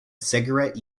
cigarette